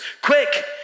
quick